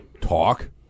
talk